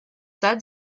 said